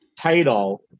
title